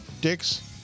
Dicks